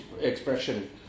expression